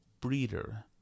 breeder